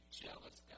jealous